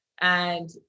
And-